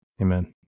Amen